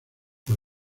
con